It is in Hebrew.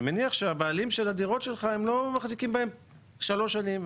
אני מניח שהבעלים של הדירות שלך הם לא מחזיקים בהם שלוש שנים.